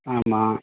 ஆமாம்